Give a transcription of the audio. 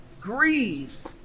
Grieve